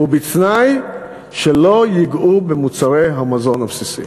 ובתנאי שלא ייגעו במוצרי המזון הבסיסי.